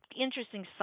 interesting